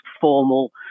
formal